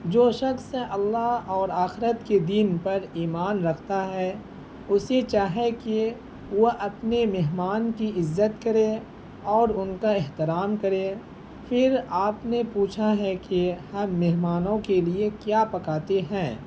جو شخص اللہ اور آخرت کے دن پر ایمان رکھتا ہے اسے چاہے کہ وہ اپنے مہمان کی عزت کرے اور ان کا احترام کرے پھر آپ نے پوچھا ہے کہ ہر مہمانوں کے لیے کیا پکاتے ہیں